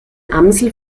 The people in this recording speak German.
amsel